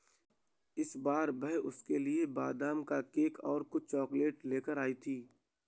इस बार वह उसके लिए बादाम का केक और कुछ चॉकलेट लेकर आई थी